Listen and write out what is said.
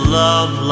love